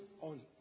on